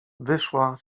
wyszła